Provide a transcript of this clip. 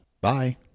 bye